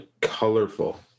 colorful